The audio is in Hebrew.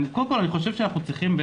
קודם כל אני חושב שאנחנו צריכים,